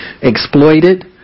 exploited